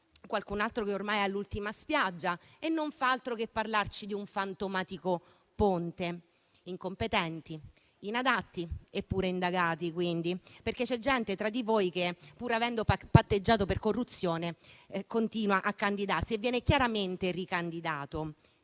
qualcun altro, che ormai è all'ultima spiaggia, non fa altro che parlarci di un fantomatico ponte. Incompetenti, inadatti e pure indagati, perché c'è gente tra di voi che, pur avendo patteggiato per corruzione, continua a candidarsi e viene chiaramente, fieramente